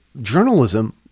journalism